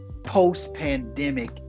post-pandemic